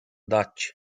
dutch